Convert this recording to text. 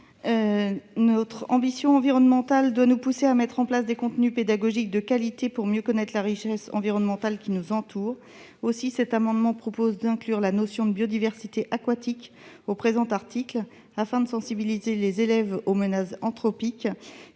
Notre ambition environnementale doit nous pousser à mettre en place des contenus pédagogiques de qualité, pour mieux connaître la richesse de l'environnement qui nous entoure. Aussi, cet amendement vise à inclure la notion de biodiversité aquatique dans le présent article, afin de sensibiliser les élèves aux menaces anthropiques